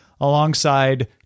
alongside